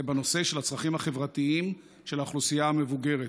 זה הנושא של הצרכים החברתיים של האוכלוסייה המבוגרת.